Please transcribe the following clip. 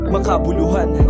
Makabuluhan